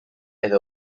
edo